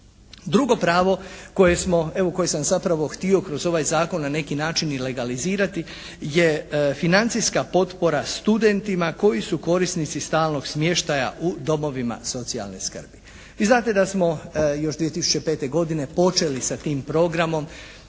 smo, evo koje sam zapravo htio kroz ovaj zakon na neki način i legalizirati je financijska potpora studentima koji su korisnici stalnog smještaja u domovima socijalne skrbi. Vi znate da smo još 2005. godine počeli sa tim programom.